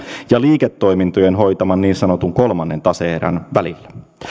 ja liiketoimintojen hoitaman niin sanotun kolmannen tase erän välillä